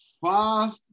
Five